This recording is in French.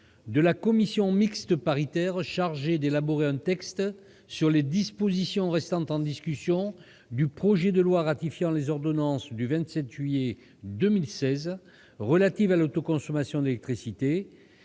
de la commission mixte paritaire chargée d'élaborer un texte sur les dispositions restant en discussion du projet de loi ratifiant les ordonnances n° 2016-1019 du 27 juillet 2016 relative à l'autoconsommation d'électricité